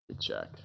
Check